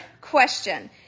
question